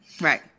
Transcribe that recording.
Right